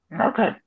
Okay